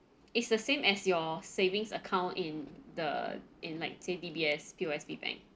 it's the same as your savings account in the in like say D_B_S P_O_S_B bank